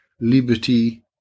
liberty